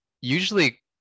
usually